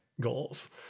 goals